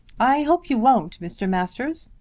i hope you won't, mr. masters,